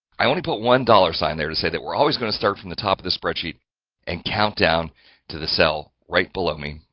i only put one dollar sign there to say that we're always going to start from the top of the spreadsheet and countdown to the cell right below me,